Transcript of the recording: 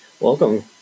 Welcome